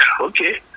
Okay